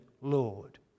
Lord